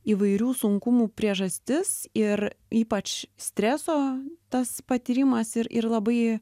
įvairių sunkumų priežastis ir ypač streso tas patyrimas ir ir labai